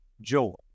joy